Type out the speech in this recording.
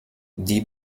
die